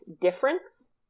difference